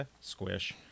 Squish